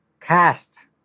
cast